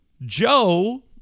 Joe